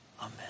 Amen